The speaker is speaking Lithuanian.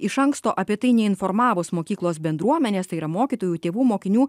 iš anksto apie tai neinformavus mokyklos bendruomenės tai yra mokytojų tėvų mokinių